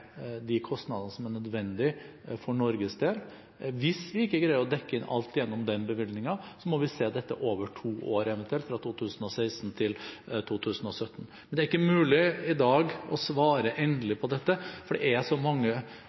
de kostnadene som er nødvendige for Norges del. Hvis vi ikke greier å dekke inn alt gjennom den bevilgningen, må vi eventuelt se dette over to år, fra 2016 til 2017. Men det er ikke mulig i dag å svare endelig på dette, for det er så mange